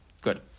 Good